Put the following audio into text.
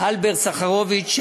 אלברט סחרוביץ,